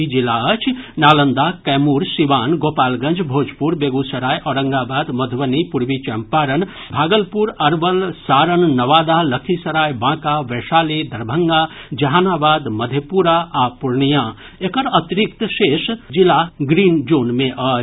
ई जिला अछि नालंदा कैमूर सीवान गोपालगंज भोजपुर बेगूसराय औरंगाबाद मधुबनी पूर्वी चम्पारण भागलपुर अरवल सारण नवादा लखीसराय बांका वैशाली दरभंगा जहानाबाद मधेपुरा आ पूर्णियां एकर अतिरिक्त शेष जिला ग्रीन जोन मे अछि